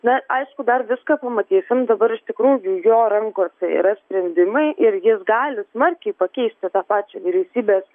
na aišku dar viską pamatysim dabar iš tikrųjų jo rankose yra sprendimai ir jis gali smarkiai pakeisti tą pačią vyriausybės